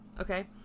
okay